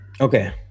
okay